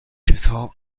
کتاب